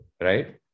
Right